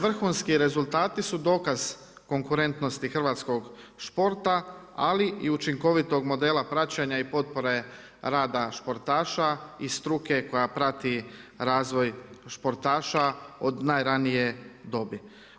Vrhunski rezultati su dokaz konkurentnosti hrvatskog sporta, ali i učinkovitog modela praćenja i potpore rada sportaša i struke koja prati razvoj sportaša od najranije dobi.